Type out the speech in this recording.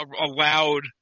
allowed